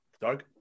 Doug